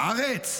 הארץ?